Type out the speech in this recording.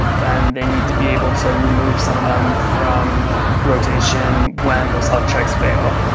then they need to be able to remove some of them from rotation when those health checks fail.